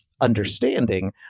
understanding